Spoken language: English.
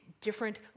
different